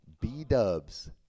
B-dubs